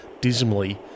dismally